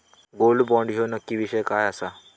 Gold bond ह्यो नक्की विषय काय आसा?